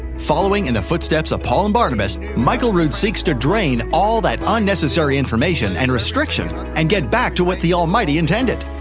following in the footsteps of paul and barnabas, michael rood seeks to drain all that unnecessary information and restriction, and get back to what the almighty intended.